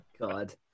God